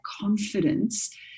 confidence